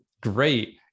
great